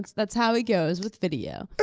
that's how he goes with video.